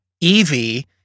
Evie